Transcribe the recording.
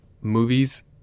movies